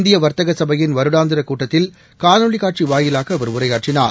இந்திய வர்த்தக கடையின் வருடாந்திர கூட்டத்தில் காணொலி காட்சி வாயிலாக அவர் உரையாற்றினார்